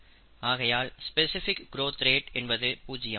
ஆகையால் specific growth rate என்பது பூஜ்ஜியம்